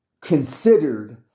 considered